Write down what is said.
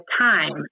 time